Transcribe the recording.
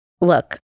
Look